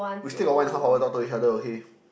we still got one and a half hour talk to each other okay